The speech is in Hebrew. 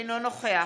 אינו נוכח